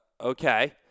Okay